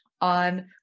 on